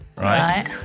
Right